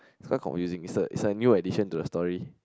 it's quite confusing is the is like new addition to the story